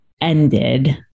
ended